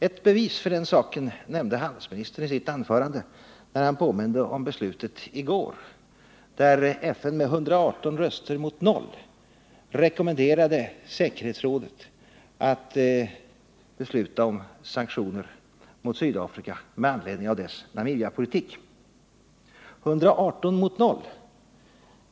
Ett bevis för den saken nämnde handelsministern i sitt anförande, när han påminde om beslutet i går, där generalförsamlingen med 118 röster mot 0 rekommenderade säkerhetsrådet att besluta om sanktioner mot Sydafrika med anledning av dess Namibiapolitik. 118 mot 0!